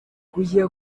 kujya